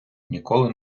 ніколи